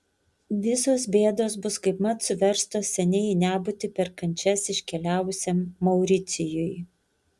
visos bėdos bus kaipmat suverstos seniai į nebūtį per kančias iškeliavusiam mauricijui